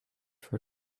for